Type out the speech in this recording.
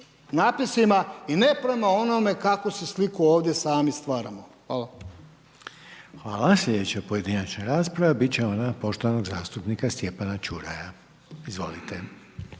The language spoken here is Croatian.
natpisima i ne prema onome kakvu si sliku ovdje sami stvaramo. Hvala. **Reiner, Željko (HDZ)** Hvala. Sljedeća pojedinačna rasprava, biti će ona poštovanog zastupnika Stjepana Čuraja. Izvolite.